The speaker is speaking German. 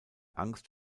angst